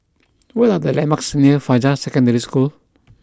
what are the landmarks near Fajar Secondary School